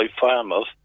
farmers